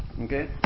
Okay